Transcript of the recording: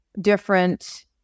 different